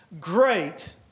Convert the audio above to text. great